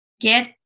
get